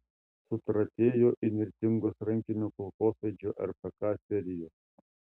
sutratėjo įnirtingos rankinio kulkosvaidžio rpk serijos